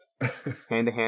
Hand-to-hand